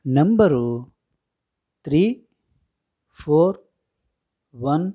number three four one